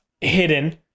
hidden